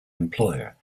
employer